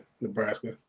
nebraska